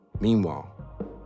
Meanwhile